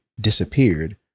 disappeared